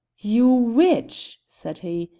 you witch! said he,